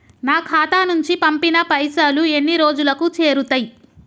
నా ఖాతా నుంచి పంపిన పైసలు ఎన్ని రోజులకు చేరుతయ్?